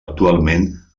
actualment